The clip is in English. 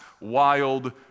wild